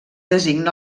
designa